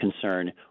concern